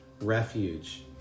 refuge